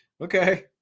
Okay